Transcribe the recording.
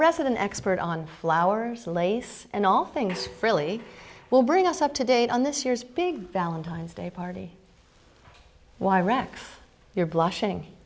resident expert on flowers lace and all things really will bring us up to date on this year's big valentine's day party why wreck your blushing